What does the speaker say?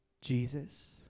Jesus